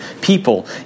people